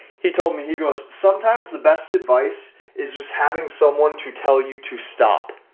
he told me he goes sometimes the best advice is just having someone to tell you to stop,